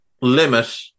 limit